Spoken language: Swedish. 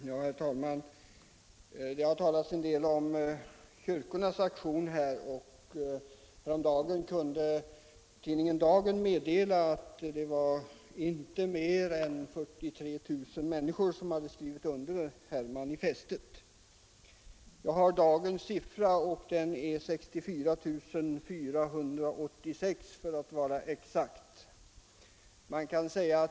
Herr talman! Det har talats en del om kyrkornas aktion, och nyligen kunde tidningen Dagen meddela att 43 000 människor hade skrivit under manifestet. Jag har en aktuell siffra, som är 64 486 för att vara exakt.